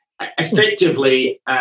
effectively